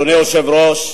אדוני היושב-ראש,